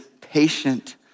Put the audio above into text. patient